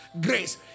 grace